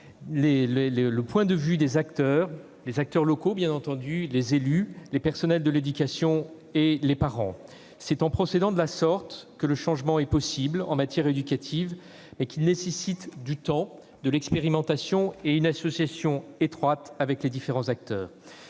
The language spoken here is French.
le point de vue des acteurs locaux, des élus, des personnels de l'éducation et des parents. C'est en procédant de la sorte que le changement est possible en matière éducative, mais cela nécessite du temps, de l'expérimentation et l'association étroite des différents acteurs.